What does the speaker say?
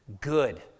good